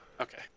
Okay